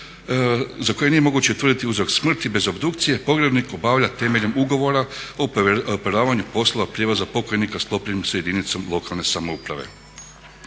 za koji nije moguće utvrditi uzrok smrti bez obdukcije pogrebnik obavlja temeljem ugovora o … poslova prijevoza pokojnika sklopljenim s jedinicom lokalne samouprave.